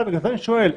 בגלל זה אני שואל.